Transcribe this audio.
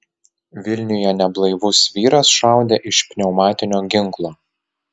vilniuje neblaivus vyras šaudė iš pneumatinio ginklo